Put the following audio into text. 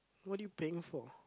what are you paying for